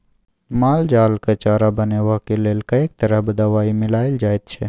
माल जालक चारा बनेबाक लेल कैक तरह दवाई मिलाएल जाइत छै